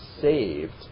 saved